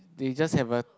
they just haven't